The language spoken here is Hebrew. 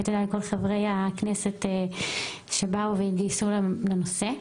ותודה לכל חברי הכנסת שבאו והתגייסו לנושא.